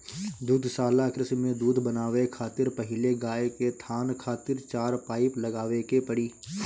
दुग्धशाला कृषि में दूध बनावे खातिर पहिले गाय के थान खातिर चार पाइप लगावे के पड़ी